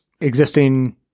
existing